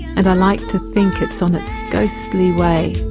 and i like to think it's on its ghostly way,